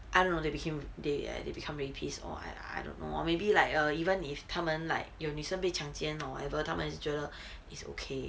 I don't know they became they they become rapist or I I don't know or maybe like or even if 他们 like 有女生被强奸 or whatever 他们也是觉得 is okay or like do you deserve it